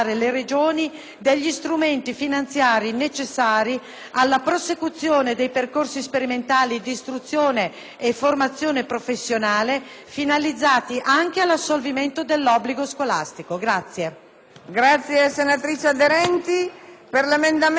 dei percorsi sperimentali d'istruzione e formazione professionale finalizzati anche all'assolvimento dell'obbligo scolastico.